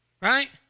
right